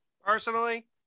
Personally